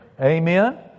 Amen